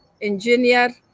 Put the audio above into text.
engineer